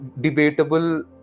debatable